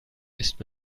ist